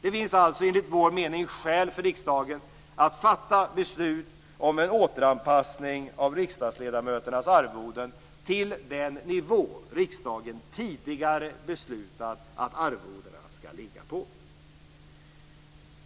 Det finns alltså enligt vår mening skäl för riksdagen att fatta beslut om en återanpassning av riksdagsledamöternas arvoden till den nivå riksdagen tidigare beslutat att arvodena skall ligga på.